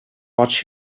watch